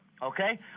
okay